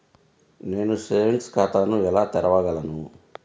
నేను సేవింగ్స్ ఖాతాను ఎలా తెరవగలను?